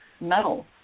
metal